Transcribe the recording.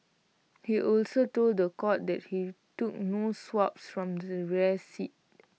he also told The Court that he took no swabs from the rear seat